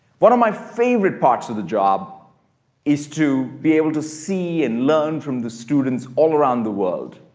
one of my favorite parts of the job is to be able to see and learn from the students all around the world.